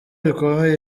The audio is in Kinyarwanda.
rikomeye